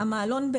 המעלון,